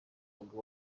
mugwi